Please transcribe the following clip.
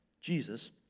Jesus